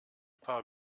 paar